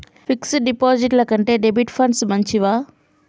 Fix డ్ డిపాజిట్ల కంటే డెబిట్ ఫండ్స్ మంచివా?